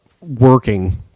working